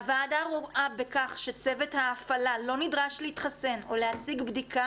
הוועדה רואה בכך שצוות ההפעלה לא נדרש להתחסן או להציג בדיקה